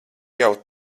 jau